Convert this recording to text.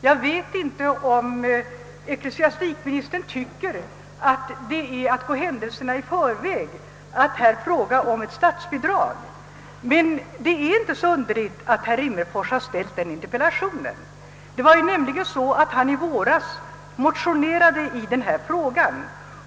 Jag vet inte om ecklesiastikministern tycker att det är att gå händelserna i förväg att här fråga om ett statsbidrag, men det är inte så underligt att herr Rimmerfors ställde denna interpellation. I våras motionerade han nämligen i denna fråga.